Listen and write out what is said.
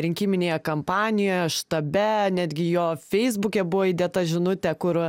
rinkiminėje kampanijoje štabe netgi jo feisbuke buvo įdėta žinutė kur